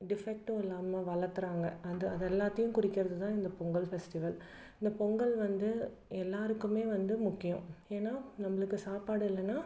டிஃபெக்ட்டும் இல்லாமல் வளத்துடுறாங்க அந்த அது எல்லாத்தையும் குறிக்கிறது தான் இந்த பொங்கல் ஃபெஸ்டிவல் இந்த பொங்கல் வந்து எல்லோருக்குமே வந்து முக்கியம் ஏன்னா நம்மளுக்கு சாப்பாடு இல்லைன்னா